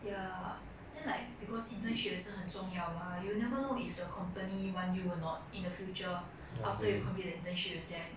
ya then like because internship 也是很重要 mah you will never know if the company want you will not in the future after you complete the internship with them